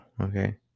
okay